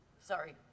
sorry